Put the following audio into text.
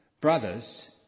Brothers